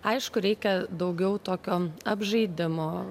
aišku reikia daugiau tokio apžaidimo